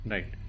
Right